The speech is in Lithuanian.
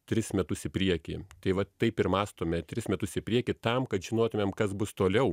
tris metus į priekį tai vat taip ir mąstome tris metus į priekį tam kad žinotumėm kas bus toliau